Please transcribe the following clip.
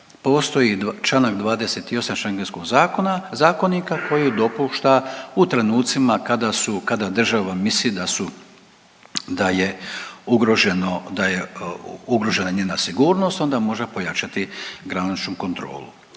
Postoji čl. 28 šengenskog zakonika koji dopušta u trenucima kada su, kada država misli da su, da je ugroženo, da je ugrožena njena sigurnost, onda može pojačati graničnu kontrolu.